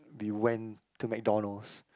we went to MacDonald's